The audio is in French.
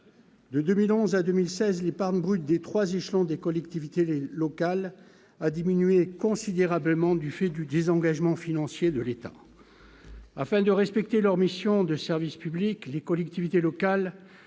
de 2011 à 2016, les Parm brut des 3 échelons des collectivités locales a diminué considérablement du fait du 10 engagements financiers de l'État. Afin de respecter leur mission de service public, les collectivités locales